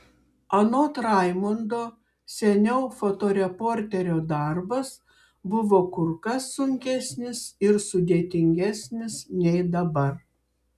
anot raimundo seniau fotoreporterio darbas buvo kur kas sunkesnis ir sudėtingesnis nei dabar